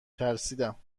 ترسیدم